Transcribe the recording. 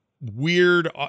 weird